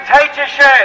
dictatorship